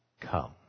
come